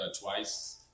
twice